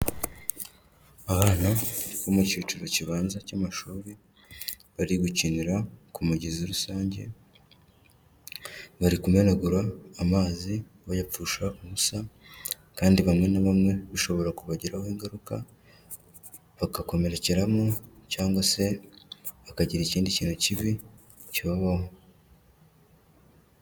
Abana bo mu cyiciro kibanza cy'amashuri, bari gukinira ku mugezi rusange, bari kumenagura amazi bayapfusha ubusa, kandi bamwe na bamwe bishobora kubagiraho ingaruka, bagakomerekeramo cyangwa se bakagira ikindi kintu kibi kibabaho.